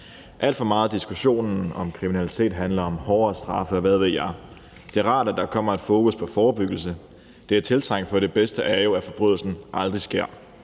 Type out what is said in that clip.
Alt for meget af diskussionen om kriminalitet handler om hårdere straffe, og hvad ved jeg. Det er rart, at der kommer et fokus på forebyggelse. Det er tiltrængt, for det bedste er jo, at forbrydelsen aldrig sker.